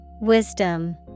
Wisdom